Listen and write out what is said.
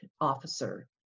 officer